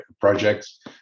projects